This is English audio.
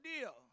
deal